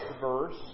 verse